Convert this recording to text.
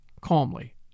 calmly